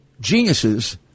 geniuses